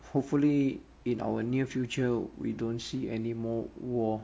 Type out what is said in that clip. hopefully in our near future we don't see anymore war